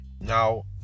Now